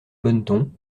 bonneton